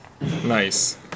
Nice